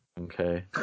Okay